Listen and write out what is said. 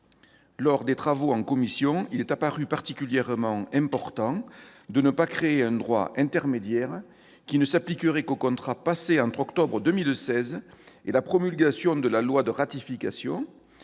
Lors des travaux en commission, il est apparu particulièrement important de ne pas créer un droit intermédiaire, qui ne s'appliquerait qu'aux contrats passés entre octobre 2016 et la promulgation de la loi de ratification,